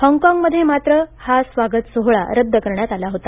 हॉंगकॉगमध्ये मात्र हा स्वागत सोहळा रद्द करण्यात आला होता